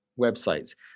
websites